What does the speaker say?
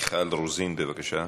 מיכל רוזין, בבקשה,